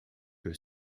que